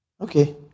Okay